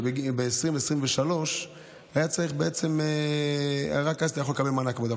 שרק בגיל 23 אתה יכול לקבל מענק עבודה,